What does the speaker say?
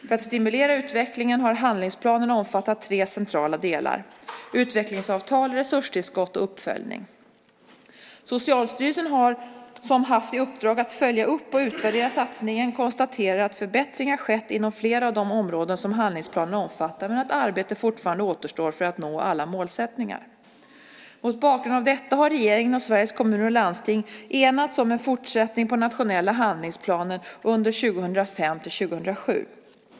För att stimulera utvecklingen har handlingsplanen omfattat tre centrala delar: utvecklingsavtal, resurstillskott och uppföljning. Socialstyrelsen, som haft i uppdrag att följa upp och utvärdera satsningen, konstaterar att förbättringar skett inom flera av de områden som handlingsplanen omfattar men att arbete fortfarande återstår för att nå alla mål. Mot bakgrund av detta har regeringen och Sveriges Kommuner och Landsting enats om en fortsättning på den nationella handlingsplanen under åren 2005-2007.